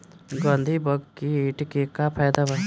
गंधी बग कीट के का फायदा बा?